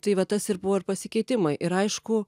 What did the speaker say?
tai va tas ir buvo ir pasikeitimai ir aišku